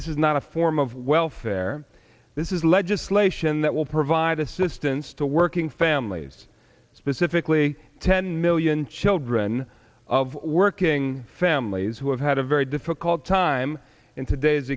this is not a form of welfare this is legislation that will provide assistance to working families specifically ten million children of working families who have had a very difficult time in today's